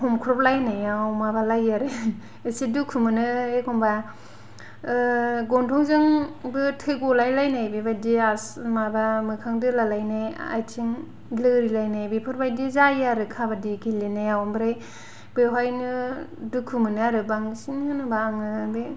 हमख्रबलायनायाव माबालायो आरो एसे दुखु मोनो एखम्बा गन्थंजोंबो थै गलायलायनाय बेबायदि माबा मोखां दोला लायनाय आइथिं लोरि लायनाय बेफोरबायदि जायो आरो काबाद्दि गेलेनायाव ओमफ्राय बेवहायनो दुखु मोनो आरो बांसिन होनोबा आङो बे